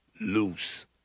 Loose